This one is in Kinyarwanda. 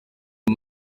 uyu